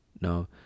now